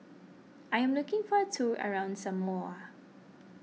I am looking for a tour around Samoa